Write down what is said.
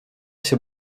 się